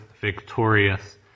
victorious